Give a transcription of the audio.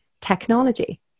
technology